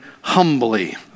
humbly